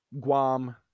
Guam